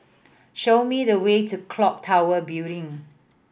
show me the way to Clock Tower Building